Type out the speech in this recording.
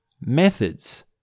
methods